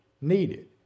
needed